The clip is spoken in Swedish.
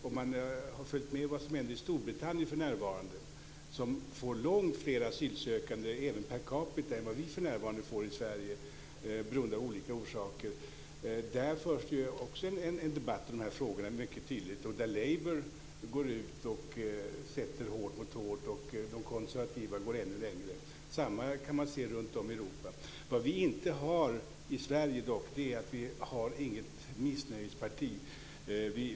Om man har följt med i vad som händer i Storbritannien för närvarande, som får långt fler asylsökande även per capita än vi i Sverige för närvarande får av olika orsaker, så vet man att det även där förs en debatt om dessa frågor mycket tydligt. Labour går där ut och sätter hårt mot hårt, och de konservativa går ännu längre. Samma sak kan man se runtom i Europa. Vad vi dock inte har i Sverige är ett missnöjesparti.